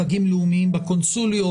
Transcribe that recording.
חגים לאומיים בקונסוליות,